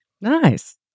Nice